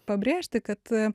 pabrėžti kad